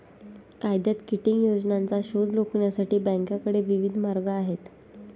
कायद्यात किटिंग योजनांचा शोध रोखण्यासाठी बँकांकडे विविध मार्ग आहेत